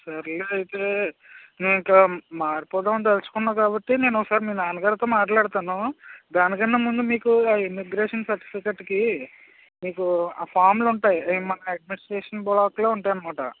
సరేలే అయితే నువ్వు ఇంక మారిపోదాం అని తలచుకున్నావు కాబట్టి నేను ఒకసారి మీ నాన్నగారితో మాట్లాడతాను దానికన్నా ముందు మీకు ఆ ఇమిగ్రేషన్ సర్టిఫికెట్కి మీకూ ఆ ఫార్మ్లు ఉంటాయి అవి మన అడ్మినిస్ట్రేషన్ బ్లాక్లో ఉంటాయన్నమాట